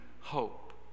hope